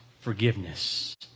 forgiveness